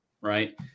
right